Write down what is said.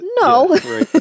no